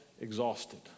exhausted